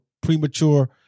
premature